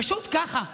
פשוט ככה.